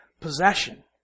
possession